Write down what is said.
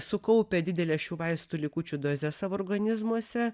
sukaupę dideles šių vaistų likučių dozes savo organizmuose